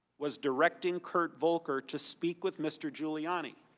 was directing kurt volker to speak with mr. giuliani.